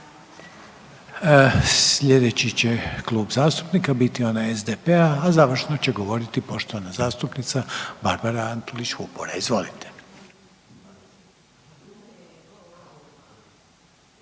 Slijedeći će Klub zastupnika biti onaj SDP-a, a završno će govoriti poštovana zastupnica Barbara Antolić Vupora, izvolite.